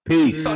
Peace